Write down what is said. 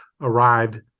arrived